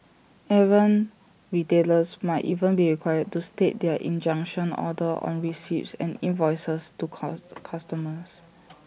errant retailers might even be required to state their injunction order on receipts and invoices to customers